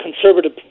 conservative